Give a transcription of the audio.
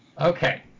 Okay